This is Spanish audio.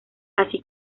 así